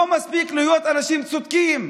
לא מספיק להיות אנשים צודקים.